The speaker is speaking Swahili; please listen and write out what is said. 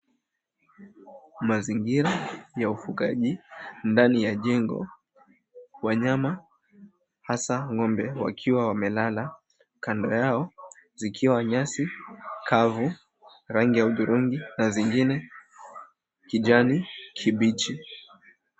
Mazingira ya ufugaji, ndani ya jengo wanyama hasa ng'ombe wakiwa wamelala kando yao zikiwa nyasi kavu zilizo rangi ya udhurungi na zingine kijani kibichi.